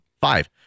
five